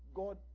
god